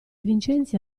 vincenzi